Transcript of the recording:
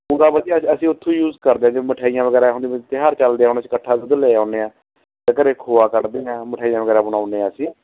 ਪੂਰਾ ਵਧੀਆ ਅਜ ਅਸੀਂ ਉੱਥੋਂ ਯੂਜ ਕਰਦੇ ਹੈਗੇ ਮਠਿਆਈਆਂ ਵਗੈਰਾ ਹੁਣ ਜਿਵੇਂ ਤਿਉਹਾਰ ਚੱਲਦੇ ਆ ਹੁਣ ਅਸੀਂ ਇਕੱਠਾ ਦੁੱਧ ਲੈ ਆਉਂਦੇ ਹਾਂ ਅਤੇ ਘਰ ਖੋਆ ਕੱਢਦੇ ਹਾਂ ਮਠਿਆਈਆਂ ਵਗੈਰਾ ਬਣਾਉਂਦੇ ਹਾਂ ਅਸੀਂ